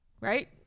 Right